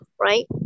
right